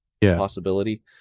possibility